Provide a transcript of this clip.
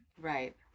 Right